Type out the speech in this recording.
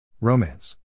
Romance